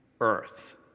earth